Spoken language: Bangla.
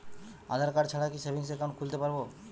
আধারকার্ড ছাড়া কি সেভিংস একাউন্ট খুলতে পারব?